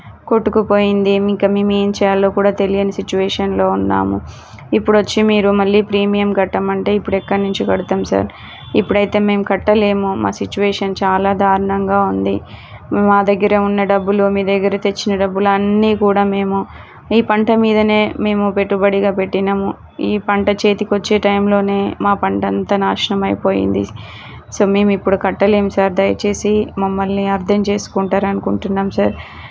కొట్టుకుపోయింది ఇంక మేము ఏమి చేయాలో కూడా తెలియని సిచువేషన్లో ఉన్నాము ఇప్పుడు వచ్చి మీరు మళ్ళీ ప్రీమియం కట్టమంటే ఇప్పుడు ఎక్కడ నుంచి కడతాం సార్ ఇప్పుడు అయితే మేము కట్టలేము మా సిచువేషన్ చాలా దారుణంగా ఉంది మా దగ్గర ఉన్న డబ్బులు మీ దగ్గర తెచ్చిన డబ్బులు అన్నీ కూడా మేము ఈ పంట మీద మేము పెట్టుబడిగా పెట్టినాం ఈ పంట చేతికి వచ్చే టైంలో మా పంట అంతా నాశనం అయిపోయింది సో మేము ఇప్పుడు కట్టలేము సార్ దయచేసి మమ్మల్ని అర్థం చేసుకుంటారు అనుకుంటున్నాం సార్